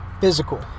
Physical